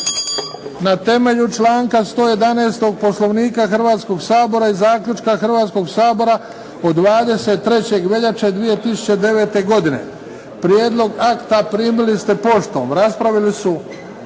Na temelju članka 111. Poslovnika Hrvatskog sabora i zaključka Hrvatskog sabora od 23. veljače 2009. godine. Prijedlog akta primili ste poštom. Raspravili su